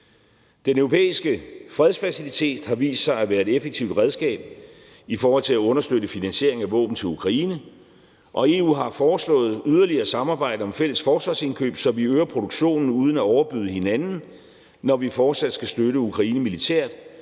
Den europæiske fredsfacilitet har vist sig at være et effektivt redskab i forhold til at understøtte finansiering af våben til Ukraine, og EU har foreslået yderligere samarbejde om fælles forsvarsindkøb, så vi øger produktionen uden at overbyde hinanden, når vi fortsat skal støtte Ukraine militært